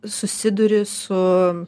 susiduri su